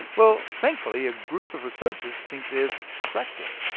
well, thankfully, a group of researchers think they've cracked it.